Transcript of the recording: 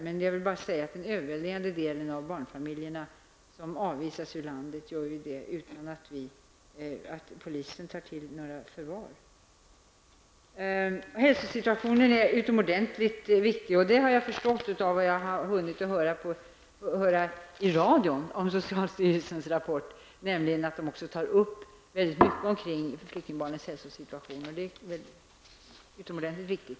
Men jag vill säga att den överväldigande delen av de barnfamiljer som avvisas från landet avvisas utan att polisen tar till förvar. Hälsosituationen är utomordentligt viktig. Det som jag har hunnit höra i radion om socialstyrelsens rapport är att man tar upp väldigt mycket om flyktingbarnens hälsosituation. Och det är utomordentligt viktigt.